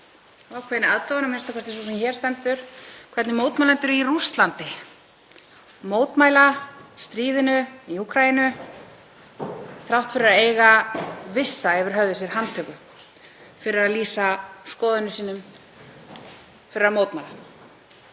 ákveðinni aðdáun, a.m.k. sú sem hér stendur, hvernig mótmælendur í Rússlandi mótmæla stríðinu í Úkraínu þrátt fyrir að eiga vissa yfir höfði sér handtöku fyrir að lýsa skoðunum sínum, fyrir að mótmæla.